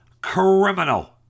Criminal